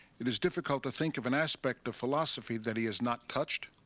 it is difficult to think of an aspect of philosophy that he has not touched,